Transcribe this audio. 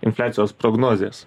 infliacijos prognozės